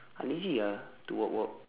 I lazy ah to walk walk